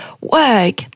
work